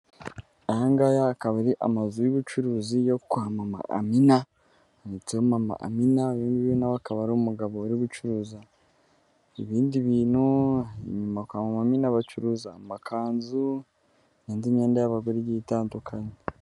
Aya ngaya akaba ari amazu y'ubucuruzi yo kwa mama Amina, nditse mama Amina, uyu nguyu nawe akaba ari umugabo uri gucuruza ibindi bintu, inyuma kwa mama Amina bacuruza amakanzu, n'indi myenda y'abagore igiye itandukanye.